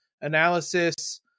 analysis